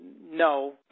no